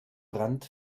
brandt